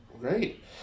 Great